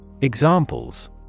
Examples